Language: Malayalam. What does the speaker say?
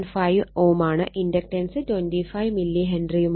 5 Ω ഇൻഡക്റ്റൻസ് 25 മില്ലി ഹെൻറിയുമാണ്